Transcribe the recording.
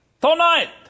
TONIGHT